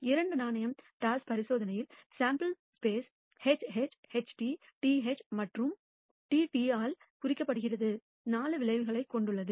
இரண்டு நாணயம் டாஸ் பரிசோதனையில் sample space HH HT TH மற்றும் TT ஆல் குறிக்கப்படும் 4 விளைவுகளைக் கொண்டுள்ளது